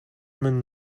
минь